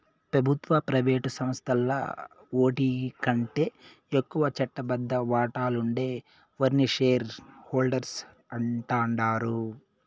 పెబుత్వ, ప్రైవేటు సంస్థల్ల ఓటికంటే ఎక్కువ చట్టబద్ద వాటాలుండే ఓర్ని షేర్ హోల్డర్స్ అంటాండారు